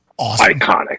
iconic